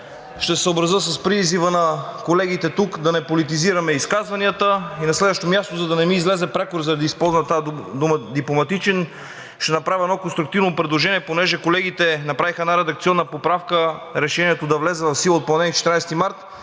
ще се съобразя с призива на колегите да не политизираме изказванията. На следващо място, за да не ми излезе прякор заради използването на думата „дипломатичен“, ще направя едно конструктивно предложение. Понеже колегите направиха редакционна поправка решението да влезе в сила от понеделник – 14 март